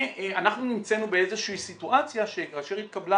אנחנו נמצאנו באיזושהי סיטואציה שכאשר התקבלה